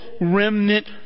remnant